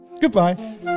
Goodbye